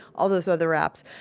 all those other apps.